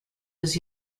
his